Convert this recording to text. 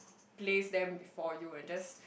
place them before you and just